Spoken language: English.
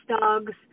dogs